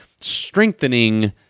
strengthening